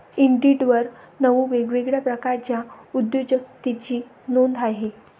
इंडिडवर नऊ वेगवेगळ्या प्रकारच्या उद्योजकतेची नोंद आहे